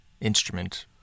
instrument